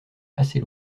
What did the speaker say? assez